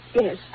Yes